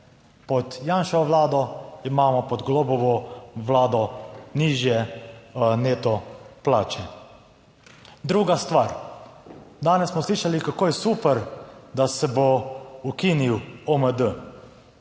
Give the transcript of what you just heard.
pod Janševo Vlado, imamo pod Golobovo vlado nižje neto plače. Naslednja stvar. Danes smo slišali, kako je super, da se bo ukinil OMD